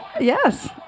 Yes